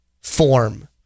form